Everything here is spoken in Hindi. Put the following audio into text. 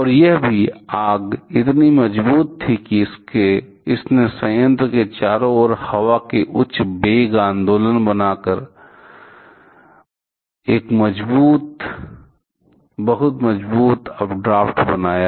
और यह भी आग इतनी मजबूत थी कि इसने संयंत्र के चारों ओर हवा का एक उच्च वेग आंदोलन बनाकर एक बहुत मजबूत अपड्राफ्ट बनाया